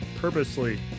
purposely